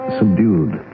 subdued